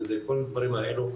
אם זה כל הדברים האלו,